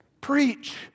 Preach